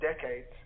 decades